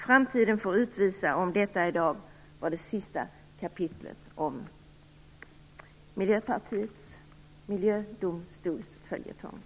Framtiden får alltså utvisa om detta i dag var det sista kapitlet i Miljöpartiets miljödomstolsföljetong.